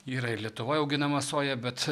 yra ir lietuvoj auginama soja bet